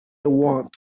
want